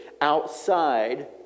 outside